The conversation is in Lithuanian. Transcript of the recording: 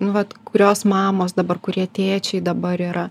nu vat kurios mamos dabar kurie tėčiai dabar yra